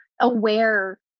aware